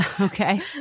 Okay